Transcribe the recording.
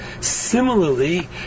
Similarly